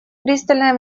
пристальное